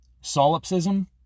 solipsism